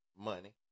money